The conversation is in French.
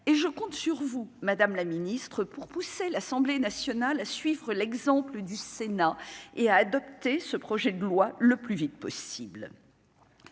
et je compte sur vous, madame la ministre, pour pousser l'Assemblée nationale à suivre l'exemple du Sénat et à adopter ce projet de loi, le plus vite possible,